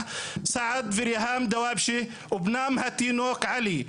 סעד וריהאם דוואבשה ובנם התינוק עלי,